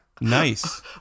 Nice